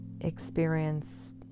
experience